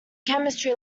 chemistry